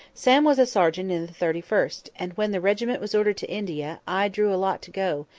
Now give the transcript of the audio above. sam was a sergeant in the thirty first and when the regiment was ordered to india, i drew a lot to go,